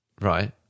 Right